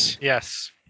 Yes